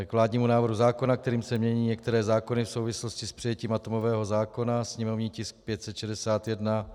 K vládnímu návrhu zákona, kterým se mění některé zákony v souvislosti s přijetím atomového zákona, sněmovní tisk 561.